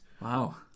Wow